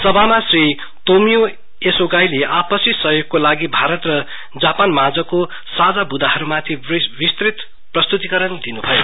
सभामा श्री तोमियो इसोगाइले आपसी सहयोगको लागि भारत र जापानमाझको साझा मुँदाहरुमाथि विस्तृत प्रस्तुति दिनुभयो